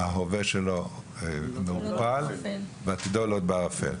ההווה שלו דל ועתידו לוט בערפל.